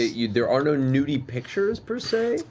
yeah there are no nudey pictures, per se.